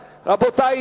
לסעיף 1. רבותי,